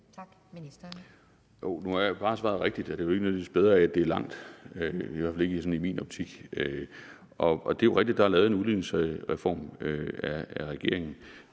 (Bjarne Corydon): Nu har jeg jo bare svaret rigtigt, at det ikke nødvendigvis bliver bedre af, at det er langt, i hvert fald ikke i min optik, og det er jo rigtigt, at der er lavet en udligningsreform af regeringen.